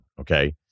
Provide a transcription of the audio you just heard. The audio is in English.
okay